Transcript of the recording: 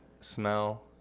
smell